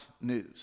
news